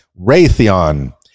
raytheon